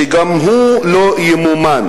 שגם הוא לא ימומן.